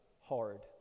hard